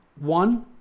One